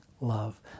love